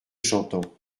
chantant